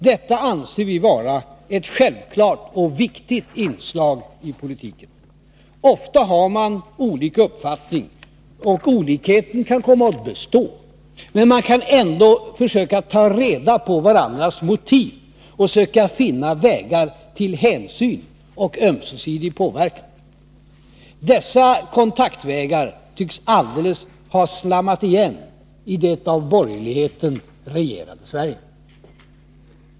Detta anser vi vara ett självklart och viktigt inslag i politiken. Ofta har man olika uppfattning, och olikheten kan komma att bestå, men man kan ändå försöka ta reda på varandras motiv och finna vägar till hänsyn och ömsesidig påverkan. Dessa kontaktvägar tycks alldeles ha slammat igen i det av borgerligheten regerade Sverige.